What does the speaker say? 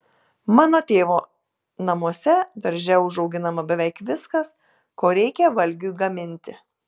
mano tėvo namuose darže užauginama beveik viskas ko reikia valgiui gaminti